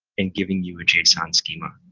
and giving you a json schema.